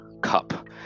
cup